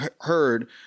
heard